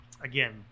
again